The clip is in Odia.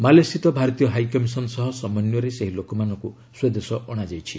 ମାଲେ ସ୍ଥିତ ଭାରତୀୟ ହାଇକମିଶନ୍ ସହ ସମନ୍ୱୟରେ ସେହି ଲୋକମାନଙ୍କୁ ସ୍ୱଦେଶ ଅଣାଯାଇଛି